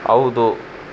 ಹೌದು